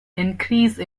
increase